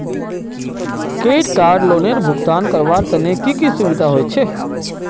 Credit card लोनेर भुगतान करवार तने की की सुविधा होचे??